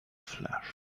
flash